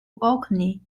orkney